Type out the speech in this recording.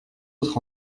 autres